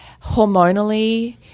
Hormonally